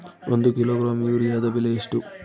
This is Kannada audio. ಒಂದು ಕಿಲೋಗ್ರಾಂ ಯೂರಿಯಾದ ಬೆಲೆ ಎಷ್ಟು?